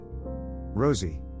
Rosie